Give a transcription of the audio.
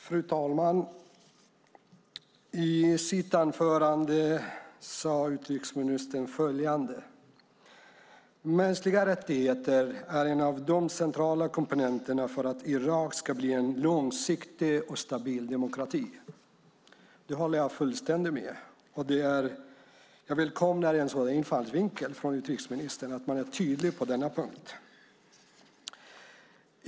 Fru talman! I sitt interpellationssvar sade utrikesministern följande: "Mänskliga rättigheter och säkerhet är centrala komponenter för att Irak ska bli en långsiktigt stabil demokrati." Det håller jag fullständigt med om. Jag välkomnar en sådan infallsvinkel från utrikesministern, att han är tydlig på denna punkt.